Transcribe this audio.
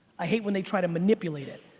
i hate when they try to manipulate it.